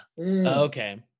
Okay